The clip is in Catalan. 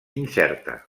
incerta